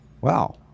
Wow